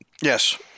Yes